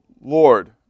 Lord